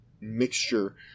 mixture